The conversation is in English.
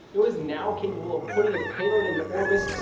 it was now capable of putting its payload into orbit,